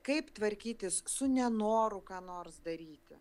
kaip tvarkytis su nenoru ką nors daryti